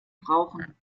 brauchen